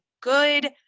good